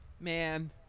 Man